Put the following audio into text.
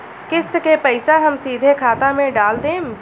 किस्त के पईसा हम सीधे खाता में डाल देम?